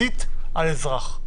אכיפתית על אזרח,